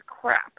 crap